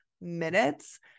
minutes